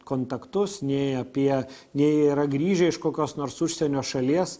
kontaktus nei apie jie yra grįžę iš kokios nors užsienio šalies